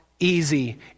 easy